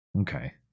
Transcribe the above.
Okay